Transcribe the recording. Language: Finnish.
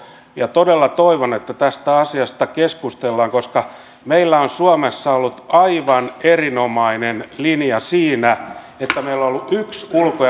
todella toivon että tästä asiasta keskustellaan koska meillä on suomessa ollut aivan erinomainen linja siinä että meillä on ollut yksi ulko